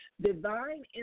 divine